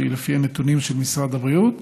שהיא לפי נתונים של משרד הבריאות,